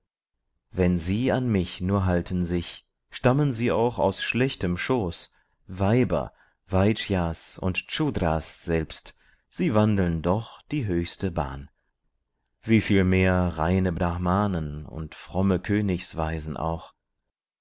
wenn sie an mich nur halten sich stammen sie auch aus schlechtem schoß weiber viyas und dras selbst sie wandeln doch die höchste bahn wie viel mehr reine brahmanen und fromme königsweisen auch